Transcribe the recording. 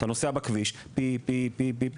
אתה נוסע בכביש וכל הזמן צפצופים.